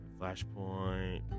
Flashpoint